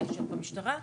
אלא יישארו במשטרה?